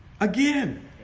Again